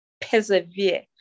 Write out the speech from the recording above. persevere